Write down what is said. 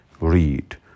read